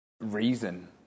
reason